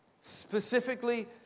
specifically